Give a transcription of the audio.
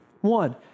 One